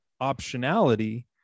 optionality